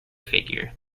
figure